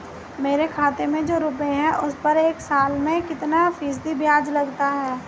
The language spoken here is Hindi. मेरे खाते में जो रुपये हैं उस पर एक साल में कितना फ़ीसदी ब्याज लगता है?